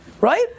Right